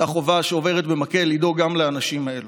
אותה חובה שעוברת במקל, לדאוג גם לאנשים האלו.